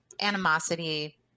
animosity